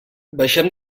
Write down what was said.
baixem